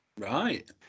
Right